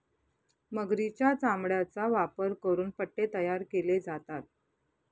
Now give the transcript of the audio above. मगरीच्या चामड्याचा वापर करून पट्टे तयार केले जातात